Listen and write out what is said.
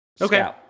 Okay